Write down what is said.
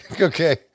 okay